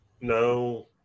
No